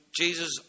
Jesus